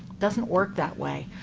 doesn't work that way.